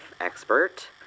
expert